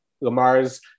Lamar's